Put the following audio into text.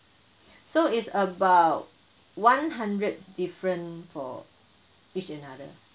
so is about one hundred different for each another